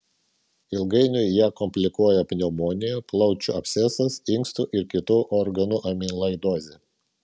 ilgainiui ją komplikuoja pneumonija plaučių abscesas inkstų ir kitų organu amiloidozė